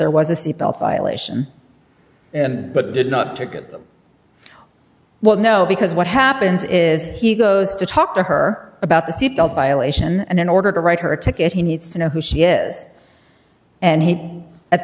there was a seatbelt violation but did not ticket them well no because what happens is he goes to talk to her about the seatbelt violation and in order to write her ticket he needs to know who she is and he at